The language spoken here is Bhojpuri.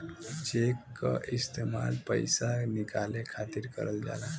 चेक क इस्तेमाल पइसा निकाले खातिर करल जाला